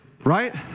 Right